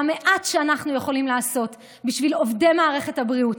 והמעט שאנחנו יכולים לעשות בשביל עובדי מערכת הבריאות,